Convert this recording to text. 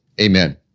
amen